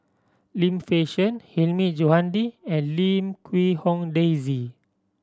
Lim Fei Shen Hilmi Johandi and Lim Quee Hong Daisy